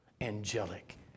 angelic